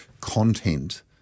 content